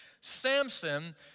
Samson